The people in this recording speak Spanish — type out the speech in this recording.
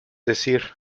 decir